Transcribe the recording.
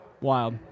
Wild